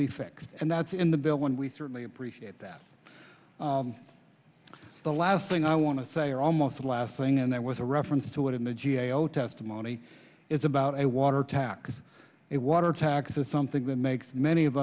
be fixed and that's in the bill when we certainly appreciate that the last thing i want to say or almost the last thing and there was a reference to it in the g a o testimony is about a water tax it water tax is something that makes many of